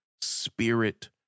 spirit